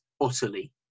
utterly